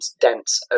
dense